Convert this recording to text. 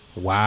Wow